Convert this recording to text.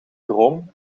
droom